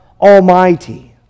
Almighty